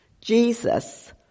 Jesus